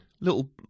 little